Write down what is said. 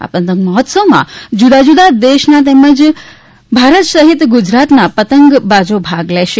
આ પતંગ મહોત્સવમાં જૂદા જૂદા દેશોના તેમજ બારત સહિત ગુજરાતના પતંગબાજો ભાગ લેશે